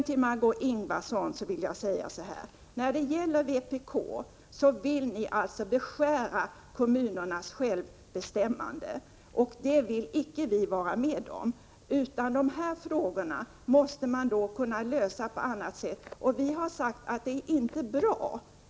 Till Margö Ingvardsson vill jag säga att vpk alltså vill beskära kommunernas självbestämmanderätt. Det vill icke vi socialdemokrater vara med om. Man måste kunna lösa de här frågorna på annat sätt.